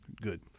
Good